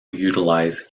utilize